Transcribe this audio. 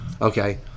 Okay